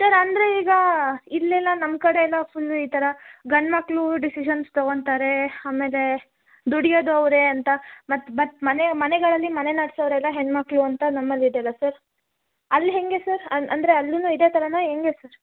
sir ಅಂದರೆ ಈಗ ಇಲ್ಲೆಲ್ಲ ನಮ್ಮ ಕಡೆಯಲ್ಲ ಫುಲ್ಲು ಈ ಥರ ಗಂಡು ಮಕ್ಕಳು ದಿಶಿಷನ್ಸ್ ತಗೋತಾರೆ ಆಮೇಲೆ ದುಡಿಯೋದು ಅವರೆ ಅಂತ ಮತ್ತೆ ಬತ್ ಮನೆಯ ಮನೆಗಳಲ್ಲಿ ಮನೆ ನಡೆಸೋರೆಲ್ಲ ಹೆಣ್ಣು ಮಕ್ಕಳು ಅಂತ ನಮ್ಮಲ್ಲಿ ಇದೆಯಲ್ಲ ಸರ್ ಅಲ್ಲಿ ಹೇಗೆ ಸರ್ ಅನ್ ಅಂದರೆ ಅಲ್ಲುನು ಇದೆ ಥರನ ಹೆಂಗೆ ಸರ್